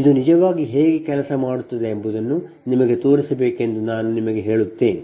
ಇದು ನಿಜವಾಗಿ ಹೇಗೆ ಕೆಲಸ ಮಾಡುತ್ತದೆ ಎಂಬುದನ್ನು ನಿಮಗೆ ತೋರಿಸಬೇಕೆಂದು ನಾನು ನಿಮಗೆ ಹೇಳುತ್ತೇನೆ